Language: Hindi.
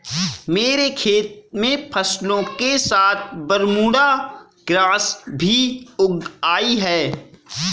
मेरे खेत में फसलों के साथ बरमूडा ग्रास भी उग आई हैं